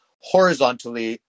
horizontally